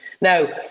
Now